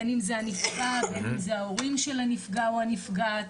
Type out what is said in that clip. בין אם זה הנפגע או ההורים של הנפגע או הנפגע,